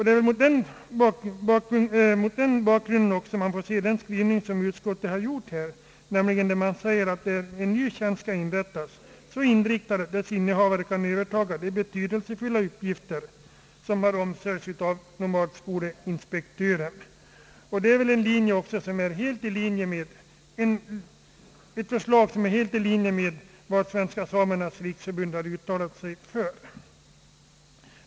Det är mot den bakgrunden man får se den skrivning som utskottet gjort här, där man säger att en ny tjänst bör inrättas, så inriktad att dess innehavare kan överta de betydelsefulla uppgifter som har ombesörjts av nomadskolinspektören. Reservationen är ett förslag i linje med vad Svenska samernas riksförbund har uttalat sig för.